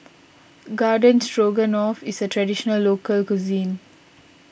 Garden Stroganoff is a Traditional Local Cuisine